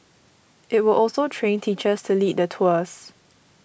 it will also train teachers to lead the tours